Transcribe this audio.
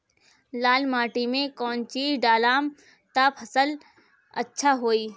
लाल माटी मे कौन चिज ढालाम त फासल अच्छा होई?